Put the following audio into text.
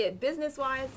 business-wise